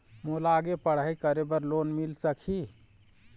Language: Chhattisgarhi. मोला आगे पढ़ई करे बर लोन मिल सकही?